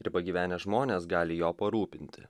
ir pagyvenę žmonės gali jo parūpinti